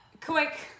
Quick